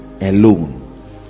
alone